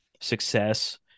success